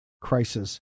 crisis